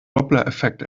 dopplereffekt